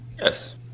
Yes